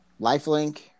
Lifelink